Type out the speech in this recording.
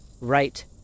right